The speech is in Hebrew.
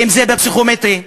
אם בפסיכומטרי.